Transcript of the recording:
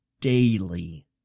daily